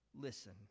listen